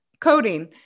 coding